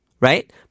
right